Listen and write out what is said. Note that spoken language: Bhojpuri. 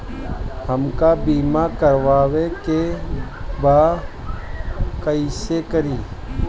हमका बीमा करावे के बा कईसे करी?